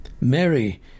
Mary